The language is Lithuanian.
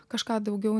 kažką daugiau